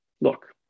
look